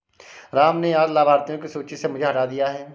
राम ने आज लाभार्थियों की सूची से मुझे हटा दिया है